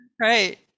right